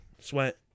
sweat